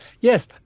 Yes